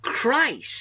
Christ